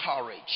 courage